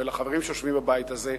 ואל החברים שיושבים בבית הזה,